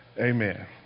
Amen